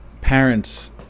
parents